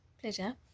Pleasure